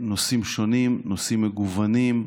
נושאים שונים, נושאים מגוונים,